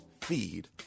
feed